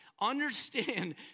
understand